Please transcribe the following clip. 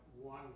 one